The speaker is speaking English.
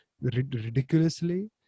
ridiculously